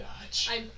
Dodge